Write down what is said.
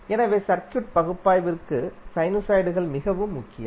எனவே சர்க்யூட் பகுப்பாய்விற்கு சைனுசாய்டுகள் மிகவும் முக்கியம்